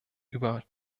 über